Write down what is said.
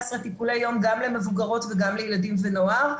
טיפולי יום גם למבוגרות וגם לילדים ונוער.